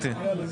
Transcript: תודה.